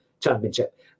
Championship